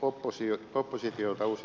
arvoisa puhemies